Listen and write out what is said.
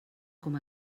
com